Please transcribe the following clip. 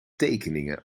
tekeningen